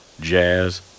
Jazz